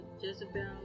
Jezebel